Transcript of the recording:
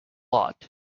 lot